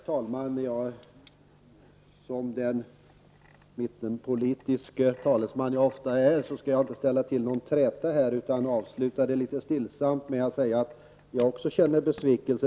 Herr talman! Som den mittenpolitiske talesman jag ofta är skall jag inte sätta i gång någon träta, utan jag vill avsluta diskussionen stillsamt med att säga att också jag, precis som Börje Hörnlund, känner besvikelse.